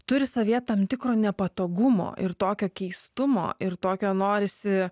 turi savyje tam tikro nepatogumo ir tokio keistumo ir tokio norisi